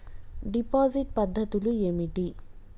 Deposit పద్ధతులు ఏమిటి?